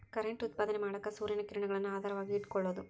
current ಉತ್ಪಾದನೆ ಮಾಡಾಕ ಸೂರ್ಯನ ಕಿರಣಗಳನ್ನ ಆಧಾರವಾಗಿ ಇಟಕೊಳುದು